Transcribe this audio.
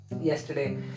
Yesterday